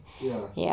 ya